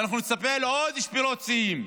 אנחנו נצפה לעוד שבירות שיאים,